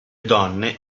donne